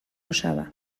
osaba